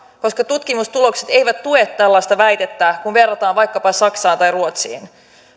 koska tutkimustulokset eivät tue tällaista väitettä kun verrataan vaikkapa saksaan tai ruotsiin